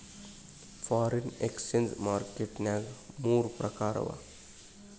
foreign exchange market ನ್ಯಾಗ ಮೂರ್ ಪ್ರಕಾರವ